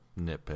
nitpick